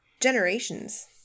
generations